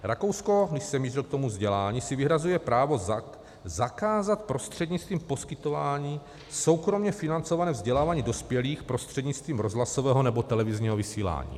Rakousko, když jsem mířil k tomu vzdělání, si vyhrazuje právo zakázat prostřednictvím poskytování soukromě financované vzdělávání dospělých prostřednictvím rozhlasového nebo televizního vysílání.